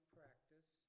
practice